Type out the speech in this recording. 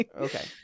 Okay